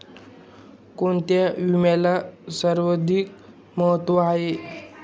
कोणता विम्याला सर्वाधिक महत्व आहे?